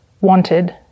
wanted